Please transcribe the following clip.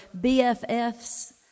BFFs